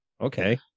okay